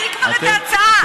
תציג כבר את ההצעה.